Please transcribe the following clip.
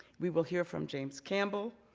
we will hear from james campbell,